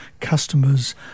customers